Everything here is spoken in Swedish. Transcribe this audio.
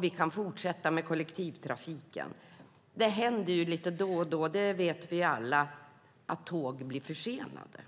Vi kan fortsätta med kollektivtrafiken. Det händer då och då att tåg är försenade; det vet vi alla.